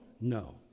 No